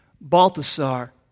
Balthasar